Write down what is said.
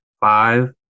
five